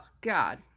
God